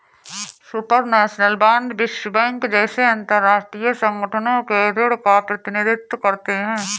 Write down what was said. supranational bond विश्व bank जैसे अंतरराष्ट्रीय संगठनों के ऋण का प्रतिनिधित्व करते हैं